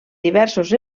diversos